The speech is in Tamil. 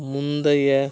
முந்தைய